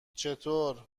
چطور